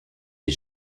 ait